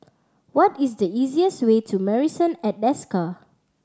what is the easiest way to Marrison at Desker